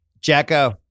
Jacko